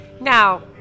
now